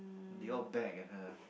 the old bag and her